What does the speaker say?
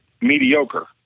mediocre